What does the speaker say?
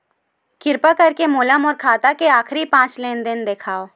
किरपा करके मोला मोर खाता के आखिरी पांच लेन देन देखाव